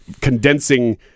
condensing